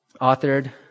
authored